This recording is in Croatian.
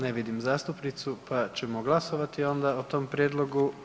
Ne vidim zastupnicu pa ćemo glasovati onda o tom prijedlogu.